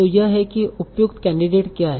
तो यह है कि उपयुक्त कैंडिडेटस क्या हैं